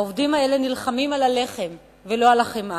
העובדים האלה נלחמים על הלחם ולא על החמאה,